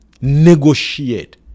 negotiate